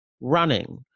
running